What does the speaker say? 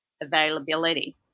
availability